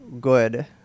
good